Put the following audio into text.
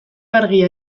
garbia